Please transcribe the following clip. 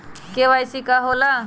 KYC का होला?